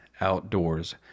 Outdoors